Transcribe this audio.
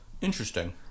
Interesting